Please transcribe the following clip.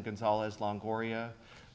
gonzales long horia